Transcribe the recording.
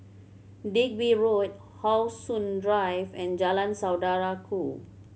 Digby Road How Sun Drive and Jalan Saudara Ku